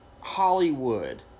Hollywood